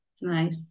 Nice